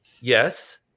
yes